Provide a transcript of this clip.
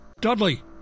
Dudley